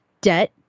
debt